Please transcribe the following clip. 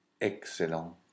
Excellent